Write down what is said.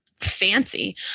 fancy